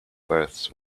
births